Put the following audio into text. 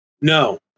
No